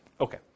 Okay